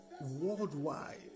worldwide